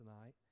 tonight